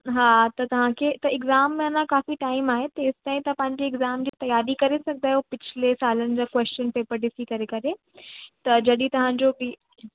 हा त तव्हांखे त एग्ज़ाम अञा काफ़ी टाइम आहे तेसिताईं तव्हां पंहिंजी एग्ज़ाम जी तियारी करे सघंदा आहियो पिछ्ले सालनि जा क्वेशचन पेपर ॾिसी करे करे त जॾहिं तव्हांजो बि